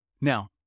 Now